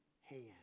hand